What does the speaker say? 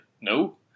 no